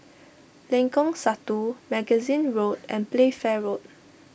Lengkong Satu Magazine Road and Playfair Road